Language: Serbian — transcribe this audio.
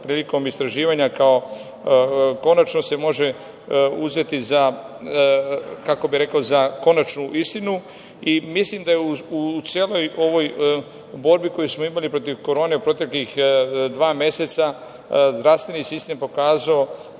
prilikom istraživanja kao konačno se može uzeti za konačnu istinu. Mislim da je u celoj ovoj borbi koji smo imali protiv Korone u proteklih dva meseca zdravstveni sistem pokazao